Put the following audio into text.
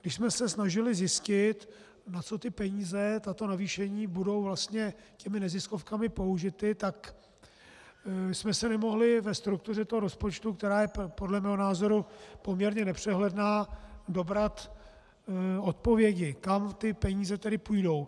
Když jsme se snažili zjistit, na co ty peníze, tato navýšení, budou vlastně těmi neziskovkami použity, tak jsme se nemohli ve struktuře toho rozpočtu, která je podle mého názoru poměrně nepřehledná, dobrat odpovědi, kam ty peníze tedy půjdou.